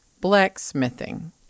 blacksmithing